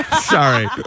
Sorry